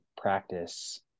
practice